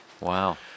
wow